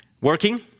working